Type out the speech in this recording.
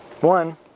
one